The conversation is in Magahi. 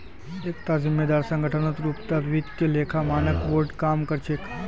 एकता जिम्मेदार संगठनेर रूपत वित्तीय लेखा मानक बोर्ड काम कर छेक